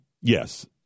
Yes